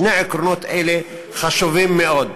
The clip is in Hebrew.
שני עקרונות אלה חשובים מאוד: